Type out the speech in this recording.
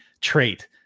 trait